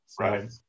Right